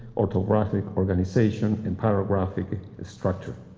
autographic organization and paragraphic structure.